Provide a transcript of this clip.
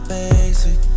basic